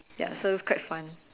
ya so quite fun